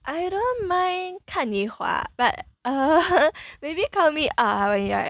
I don't mind 看你滑 but err maybe call me when you're